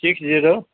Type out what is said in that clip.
six zero